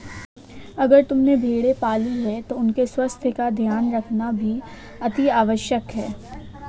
अगर तुमने भेड़ें पाली हैं तो उनके स्वास्थ्य का ध्यान रखना भी अतिआवश्यक है